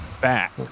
back